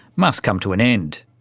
must come to an end.